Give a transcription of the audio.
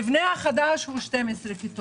במבנה החדש יש 12 כיתות.